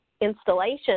installation